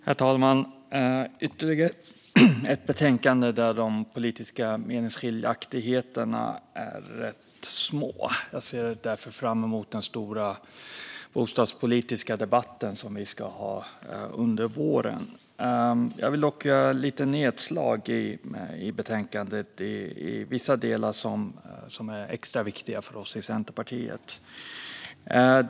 Herr talman! Detta är ytterligare ett betänkande där de politiska meningsskiljaktigheterna är rätt små. Jag ser därför fram emot den stora bostadspolitiska debatten som vi ska ha under våren. Jag vill dock göra lite nedslag i vissa delar i betänkandet som är extra viktiga för oss i Centerpartiet.